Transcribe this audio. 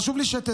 חשוב לי שתדעו: